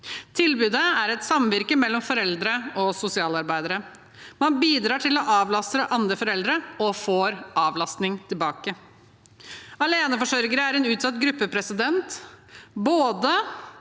Tilbudet er et samvirke mellom foreldre og sosialarbeidere. Man bidrar til å avlaste andre foreldre og får avlastning tilbake. Aleneforsørgere er en utsatt gruppe, både